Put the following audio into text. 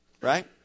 Right